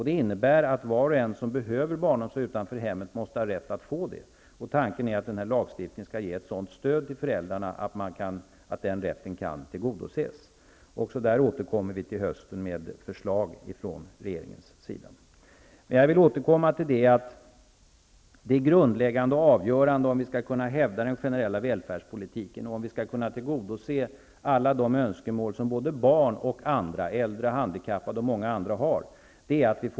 Det innebär att var och en som behöver barnomsorg utanför hemmet skall ha rätt att få det. Tanken är att lagstiftningen skall ge ett sådant stöd till föräldrarna att den rätten kan tillgodoses. Regeringen återkommer även när det gäller detta med förslag till hösten. Det grundläggande och avgörande är att få igång den ekonomiska utvecklingen om vi skall kunna hävda den generella välfärdspolitiken och kunna tillgodose alla de önskemål som både barn, äldre och handikappade har.